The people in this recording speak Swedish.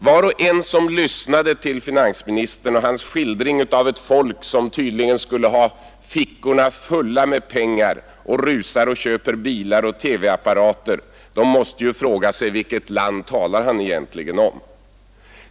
Var och en som lyssnade till finansministerns skildring av ett folk som tydligen skulle ha fickorna fulla med pengar och rusar och köper bilar och TV-apparater måste ju fråga sig: Vilket land talar han egentligen om?